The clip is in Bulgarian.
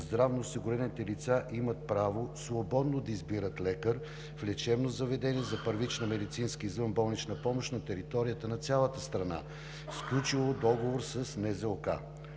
здравноосигурените лица имат право свободно да избират лекар в лечебно заведение за първична медицинска извънболнична помощ на територията на цялата страна, сключило договор с НЗОК.